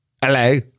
Hello